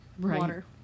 water